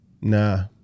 nah